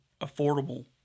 affordable